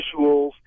visuals